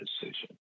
decision